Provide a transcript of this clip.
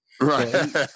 Right